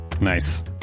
Nice